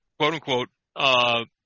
quote-unquote